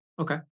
okay